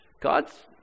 God's